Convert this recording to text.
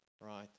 Right